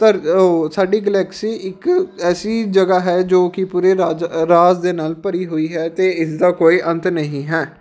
ਧਰ ਓ ਸਾਡੀ ਗਲੈਕਸੀ ਇੱਕ ਐਸੀ ਜਗ੍ਹਾ ਹੈ ਜੋ ਕਿ ਪੂਰੇ ਰਾਜ਼ ਰਾਜ਼ ਦੇ ਨਾਲ ਭਰੀ ਹੋਈ ਹੈ ਅਤੇ ਇਸ ਦਾ ਕੋਈ ਅੰਤ ਨਹੀਂ ਹੈ